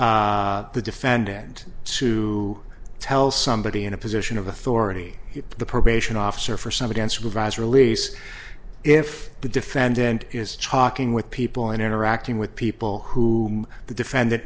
the defendant to tell somebody in a position of authority the probation officer for some against revised release if the defendant is talking with people interacting with people who the defendant